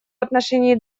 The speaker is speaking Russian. отношении